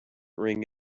ring